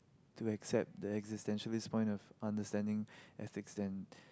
to accept the existentialist point of understanding ethics and